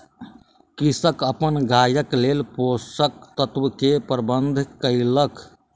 कृषक अपन गायक लेल पोषक तत्व के प्रबंध कयलक